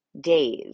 days